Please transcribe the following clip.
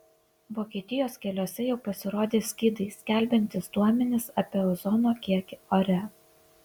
vokietijos keliuose jau pasirodė skydai skelbiantys duomenis apie ozono kiekį ore